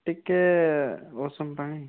ଟିକିଏ ଉଷୁମ ପାଣି